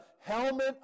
helmet